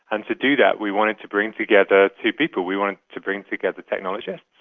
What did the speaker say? and to do that we wanted to bring together two people, we wanted to bring together technologists,